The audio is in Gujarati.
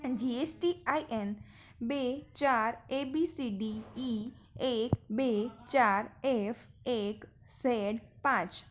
જીએસટી આઈ એન બે ચાર એબી સીડી ઇ એક બે ચાર એફ એક ઝેડ પાંચ